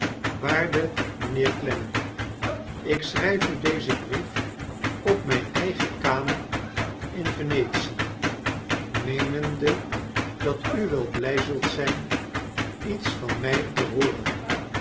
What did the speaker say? waarde mijnheer clennam i ik schrijf u dezen brief op mijn eigen kamer in venetie meenende dat u wel blij zult zijn iets van mij te hooren